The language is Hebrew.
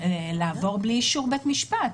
לעבור בלי אישור בית משפט.